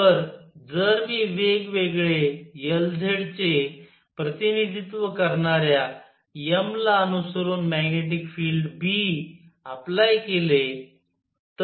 तर जर मी वेगवेगळे Lz चे प्रतिनिधित्व करणाऱ्या m ला अनुसरून मॅग्नेटिक फिल्ड B अप्लाय केले